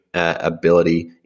ability